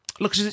Look